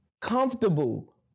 comfortable